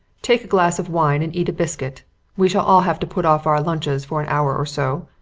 take a glass of wine and eat a biscuit we shall all have to put off our lunches for an hour or so.